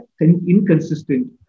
inconsistent